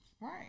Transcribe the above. Right